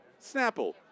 Snapple